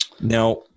Now